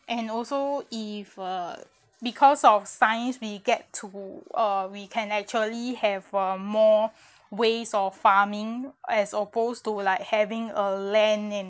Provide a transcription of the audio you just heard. and also if uh because of science we get to uh we can actually have uh more ways of farming as opposed to like having a land and